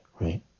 Right